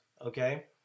okay